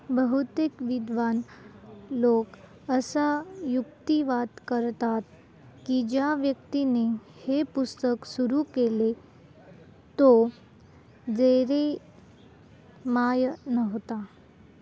बहुतेक विद्वान लोक असा युक्तिवाद करतात की ज्या व्यक्तीने हे पुस्तक सुरू केले तो जेरीमाय नव्हता